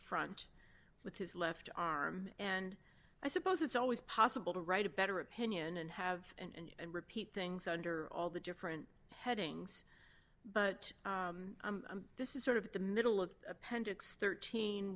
front with his left arm and i suppose it's always possible to write a better opinion and have and repeat things under all the different headings but this is sort of the middle of appendix thirteen